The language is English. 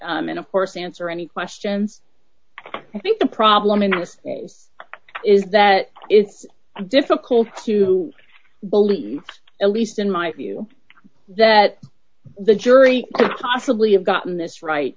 and of course answer any questions i think the problem in this day is that it's difficult to believe at least in my view that the jury possibly have gotten this right